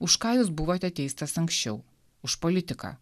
už ką jūs buvote teistas anksčiau už politiką